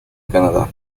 canadá